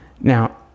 Now